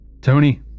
Tony